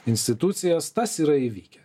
institucijas tas yra įvykę